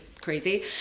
crazy